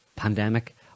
Pandemic